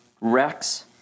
Rex